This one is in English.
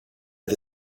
the